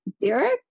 Derek